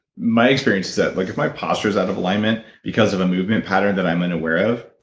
my experience is that, like if my posture is out of alignment because of a movement pattern that i'm unaware of,